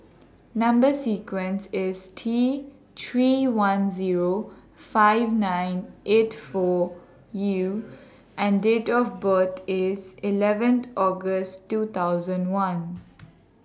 Number sequence IS T three one Zero five nine eight four U and Date of birth IS eleventh August two thousand one